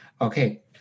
okay